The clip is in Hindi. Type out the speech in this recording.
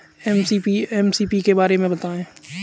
एम.एस.पी के बारे में बतायें?